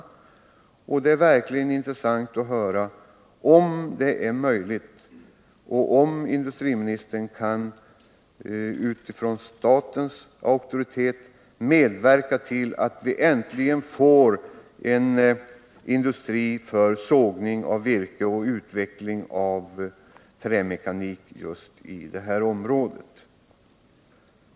Det skulle vara verkligt intressant att få höra om det är möjligt, och om industriministern utifrån statens auktoritet kan medverka till att vi äntligen får en industri för sågning av virke och utveckling av trämekanik just i det här området.